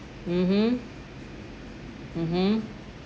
mmhmm mmhmm